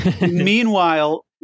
Meanwhile